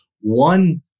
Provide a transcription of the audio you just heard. One